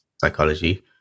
psychology